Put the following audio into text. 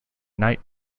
night